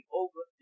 over